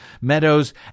Meadows